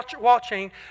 watching